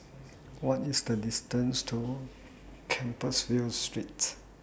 What IS The distance to Compassvale Street